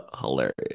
hilarious